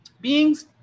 beings